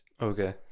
Okay